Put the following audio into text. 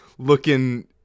looking